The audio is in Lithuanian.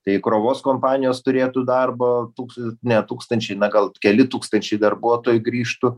tai krovos kompanijos turėtų darbo tūksa ne tūkstančiai na gal keli tūkstančiai darbuotojų grįžtų